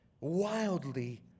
wildly